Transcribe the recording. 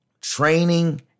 Training